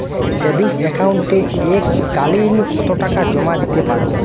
Savings একাউন্টে এক কালিন কতটাকা জমা দিতে পারব?